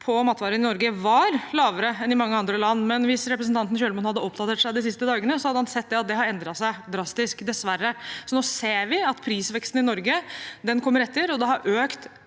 på matvarer i Norge var lavere enn i mange andre land, men hvis representanten Kjølmoen hadde oppdatert seg de siste dagene, hadde han sett at det dessverre har endret seg drastisk. Nå ser vi at prisveksten i Norge kommer etter. Den har